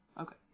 Okay